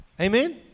Amen